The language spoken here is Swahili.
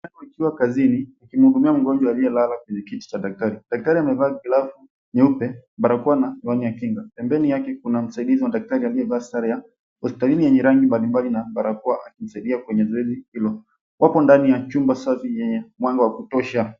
Daktari akiwa kazini akimhudumia mgonjwa aliyelala kwenye kiti cha daktari, daktari amevaa glavu nyeupe, barakoa na miwani ya kinga pembeni yake kuna msaidizi wa daktari aliyevaa sare ya hospitalini yenye rangi mbalimbali na barakoa akimsaidia kwenye zoezi hilo. Wapo ndani ya chumba safi yenye mwanga wa kutosha.